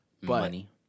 money